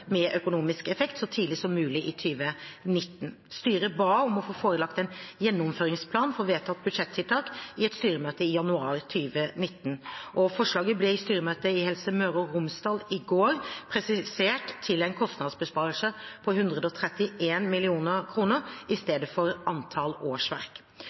med økonomisk effekt, så tidlig som mulig i 2019. Styret ba om å få forelagt en gjennomføringsplan for vedtatte budsjettiltak i et styremøte i januar 2019. Forslaget ble i styremøte i Helse Møre og Romsdal i går presisert til en kostnadsbesparelse på 131 mill. kr, i stedet for antall årsverk.